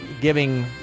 giving